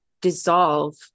dissolve